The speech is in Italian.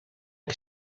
che